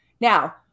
Now